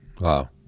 Wow